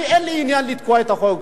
אני, אין לי עניין לתקוע את החוק.